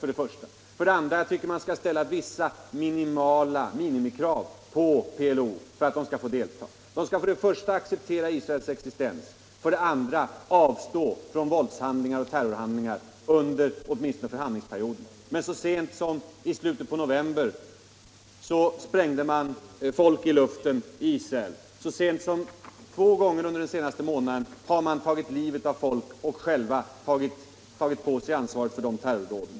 Vidare tycker jag att man måste ställa vissa minimikrav på PLO. För det första skall PLO acceptera Israels existens och för det andra skall PLO avstå från vålds och terrorhandlingar åtminstone under förhandlingsperioden. Men så sent som i slutet på november sprängde PLO folk i luften i Israel, och minst två gånger under den senaste månaden har man tagit livet av folk och tagit på sig ansvaret för terrordåden.